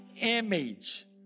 image